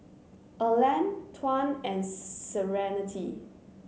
Erland Tuan and Serenity